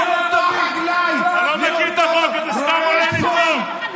הוא מקבל צו הריסה.